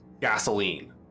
gasoline